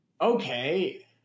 okay